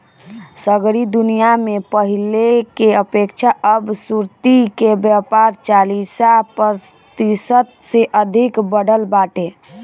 सगरी दुनिया में पहिले के अपेक्षा अब सुर्ती के व्यापार चालीस प्रतिशत से अधिका बढ़ल बाटे